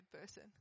person